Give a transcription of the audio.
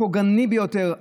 הפוגעני ביותר.